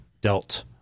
dealt